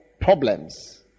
problems